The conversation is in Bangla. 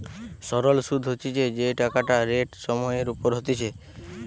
সরল সুধ হতিছে যেই টাকাটা রেট সময় এর ওপর হতিছে